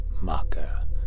Maka